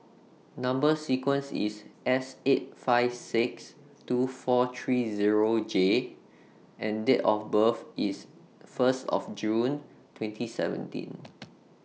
Number sequence IS S eight five six two four three Zero J and Date of birth IS First June twenty seventeen